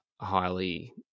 highly